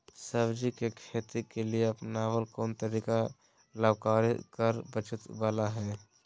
सब्जी के खेती के लिए अपनाबल कोन तरीका लाभकारी कर बचत बाला है?